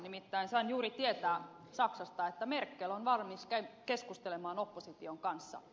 nimittäin sain juuri tietää saksasta että merkel on valmis keskustelemaan opposition kanssa